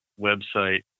website